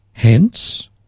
Hence